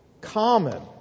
common